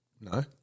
No